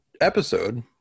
episode